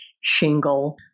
shingle